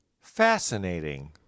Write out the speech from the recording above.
Fascinating